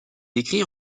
écrits